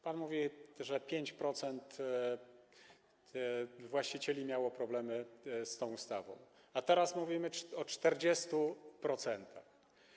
Pan mówi, że 5% właścicieli miało problemy z tą ustawą, a teraz mówimy o 40%.